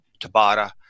Tabata